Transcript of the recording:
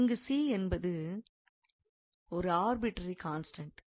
இங்கு c என்பது ஒரு ஆர்பிட்ரரி கான்ஸ்டண்ட்